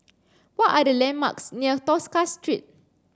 what are the landmarks near Tosca Street